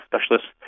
specialists